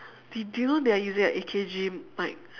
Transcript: do do you they're using a A_K_G mike